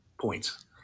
points